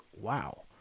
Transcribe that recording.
wow